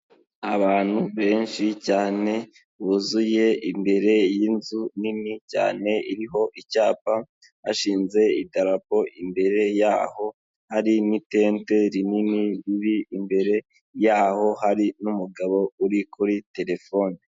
Abantu benshi cyane buzuye imbere y'inzu nini cyane, iriho icyapa hashinze idarapo imbere yaho, hari n'itente rinini riri imbere yaho, hari n'umugabo uri kuri telefone.